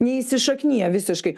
neįsišakniję visiškai